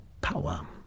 power